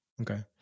Okay